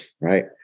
right